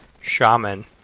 shaman